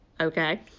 okay